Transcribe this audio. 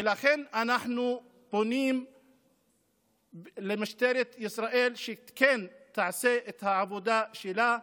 ולכן אנחנו פונים למשטרת ישראל שכן תעשה את העבודה שלה,